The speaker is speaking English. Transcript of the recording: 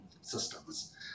systems